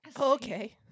Okay